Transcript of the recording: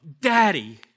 Daddy